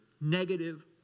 Negative